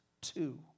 two